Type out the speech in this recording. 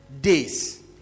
days